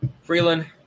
Freeland